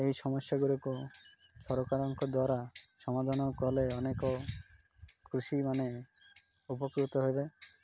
ଏହି ସମସ୍ୟାଗୁଡ଼ିକ ସରକାରଙ୍କ ଦ୍ୱାରା ସମାଧାନ କଲେ ଅନେକ କୃଷିମାନେ ଉପକୃତ ହେବେ